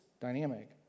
dynamic